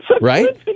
Right